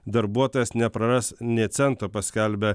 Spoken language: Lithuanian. darbuotojas nepraras nė cento paskelbė